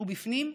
ובפנים,